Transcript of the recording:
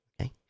okay